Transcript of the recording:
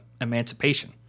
emancipation